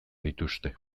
dituzte